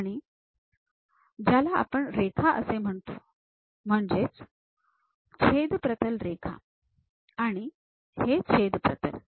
आणि हे ज्याला आपण रेखा असे म्हणतो म्हणजेच छेद प्रतल रेखा आणि हे आहे छेद प्रतल